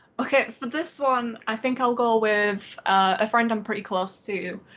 okay for this one, i think i'll go with a friend i'm pretty close to.